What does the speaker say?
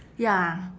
ya